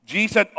Jesus